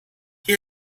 die